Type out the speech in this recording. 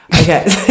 okay